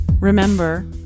Remember